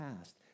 past